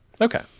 Okay